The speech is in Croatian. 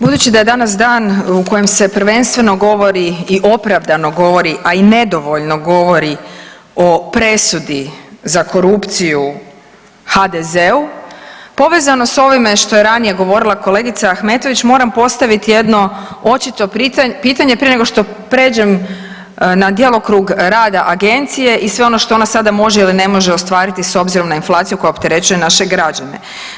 Budući da je danas dan u kojem se prvenstveno govori i opravdano govori, a i nedovoljno govori o presudi za korupciju HDZ-u, povezano s ovime što je ranije govorila kolegica Ahmetović moram postaviti jedno očito pitanje prije nego što prijeđem na djelokrug rada agencije i sve ono što ona sada može ili ne može ostvariti s obzirom na inflaciju koja opterećuje naše građane.